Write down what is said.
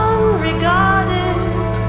Unregarded